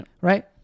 Right